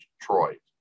Detroit